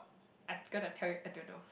I gonna tell you I don't know